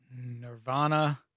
Nirvana